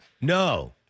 no